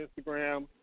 Instagram